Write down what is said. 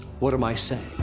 what am i saying?